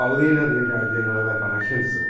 പകുതിയിൽ അധികം രാജ്യങ്ങളുടെ കണക്ഷൻസ്